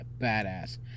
badass